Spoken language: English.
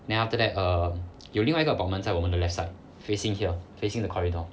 then after that err 有另外一个 apartment 在我们的 left side facing here facing the corridor